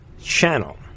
channel